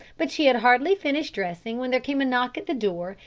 but she had hardly finished dressing when there came a knock at the door,